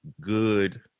good